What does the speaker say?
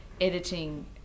editing